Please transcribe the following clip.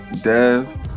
Dev